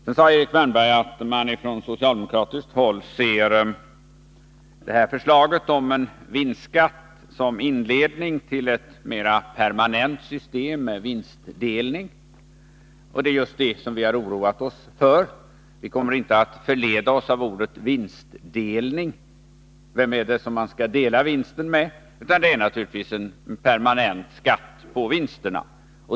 Vidare sade Erik Wärnberg att socialdemokraterna ser förslaget om en vinstskatt som en inledning till ett mer permanent system med vinstdelning. Det är just det som vi har oroat oss för. Vi kommer inte att låta förleda oss av ordet vinstdelning — vem är det som man skall dela vinsten med? Detta är naturligtvis en permanent skatt på vinsterna.